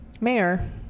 mayor